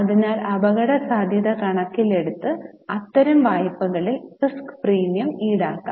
അതിനാൽ അപകടസാധ്യത കണക്കിലെടുത്തുഅത്തരം വായ്പകളിൽ റിസ്ക് പ്രീമിയം ഈടാക്കാം